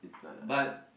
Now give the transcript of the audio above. but